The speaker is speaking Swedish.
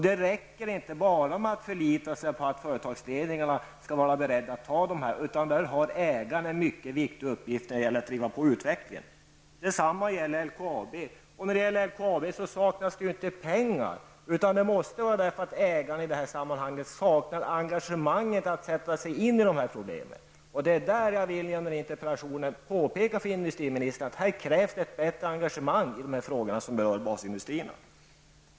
Det räcker inte bara att förlita sig på att företagsledningarna skall vara beredda att fatta dessa beslut. När det gäller att driva på utvecklingen har ägaren en mycket viktig uppgift. I fråga om LKAB saknas det inte heller pengar. I det här sammanhanget måste anledningen vara att ägaren saknar engagemanget att sätta sig in i problemen. Det är därför jag genom interpellationen vill påpeka för industriministern att det krävs ett bättre engagemang i de frågor som berör basindustrierna.